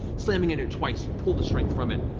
slamming into it twice. you pull the strength from it.